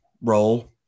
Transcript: role